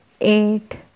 Eight